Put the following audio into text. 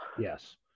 Yes